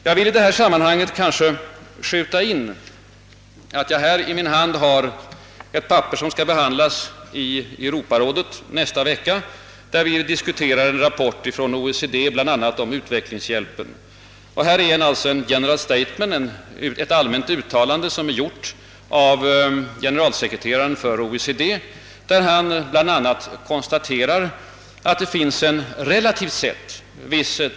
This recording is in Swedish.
Jag vill i detta sammanhang skjuta in att jag här i min hand har ett papper som skall behandlas i Europarådet nästa vecka där man har att diskutera en rapport ifrån OECD bl.a. om utvecklingshjälpen. Det är ett »general statement», ett allmänt uttalande av generalsekreteraren för OECD, i vilket denne bl.a. konstaterar att det finns en relativt sett.